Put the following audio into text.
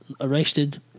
arrested